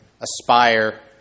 aspire